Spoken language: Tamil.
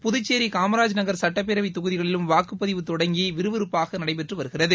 புதுச்சேரிகாமராஜ நகர் சுட்டப்பேரவைதொகுதிகளிலும் வாக்குப்பதிவு தொடங்கிவிறுவிறுப்பாகநடைபெற்றுவருகிறது